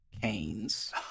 canes